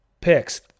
Picks